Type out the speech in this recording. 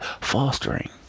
fostering